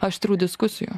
aštrių diskusijų